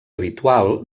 habitual